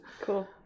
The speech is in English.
Cool